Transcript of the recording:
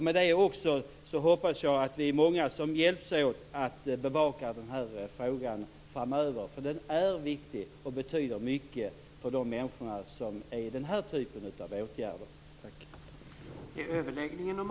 Med detta hoppas jag att vi är många som hjälps åt att bevaka den här frågan framöver. Den är viktig och betyder mycket för de människor som är i den här typen av åtgärder. Tack!